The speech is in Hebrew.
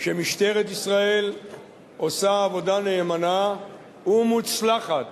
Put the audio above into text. שמשטרת ישראל עושה עבודה נאמנה ומוצלחת